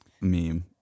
meme